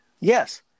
Yes